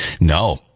No